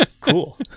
Cool